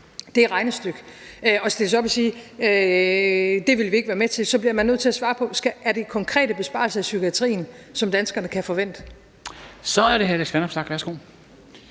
hen for let. Altså, når man stiller sig op og siger, at det vil man ikke være med til, så bliver man nødt til at svare på: Er det konkrete besparelser i psykiatrien, som danskerne kan forvente? Kl. 13:25 Formanden (Henrik Dam